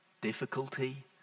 difficulty